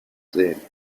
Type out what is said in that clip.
sehen